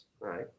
right